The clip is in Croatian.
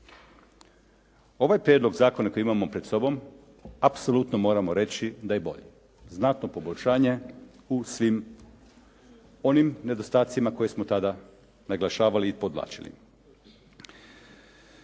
Ovaj prijedlog zakona koji imamo pred sobom apsolutno moramo reći da je bolji, znatno poboljšanje u svim onim nedostacima koje smo tada naglašavali i podvlačili.